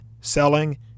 selling